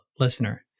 Listener